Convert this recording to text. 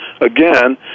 again